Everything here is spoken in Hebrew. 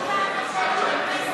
הכנסת.